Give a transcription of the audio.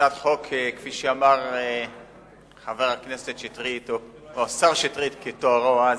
כפי שאמר חבר הכנסת שטרית או השר שטרית כתוארו אז,